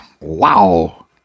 Wow